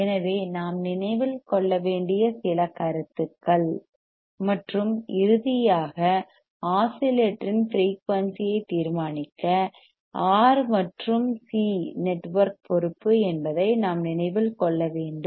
எனவே நாம் நினைவில் கொள்ள வேண்டிய சில கருத்துக்கள் மற்றும் இறுதியாக ஆஸிலேட்டரின் ஃபிரெயூனிசி ஐ தீர்மானிக்க ஆர் மற்றும் சி நெட்வொர்க் பொறுப்பு என்பதை நாம் நினைவில் கொள்ள வேண்டும்